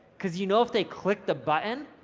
cause you know if they click the button,